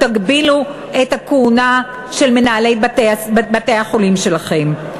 תגבילו את הכהונה של מנהלי בתי-החולים שלכם?